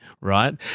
right